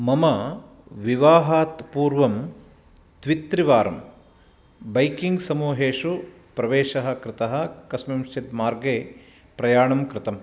मम विवाहात् पूर्वं द्वित्रिवारं बैकिङ्ग् समूहेषु प्रवेशः कृतः कस्मिन्शित् मार्गे प्रयाणं कृतं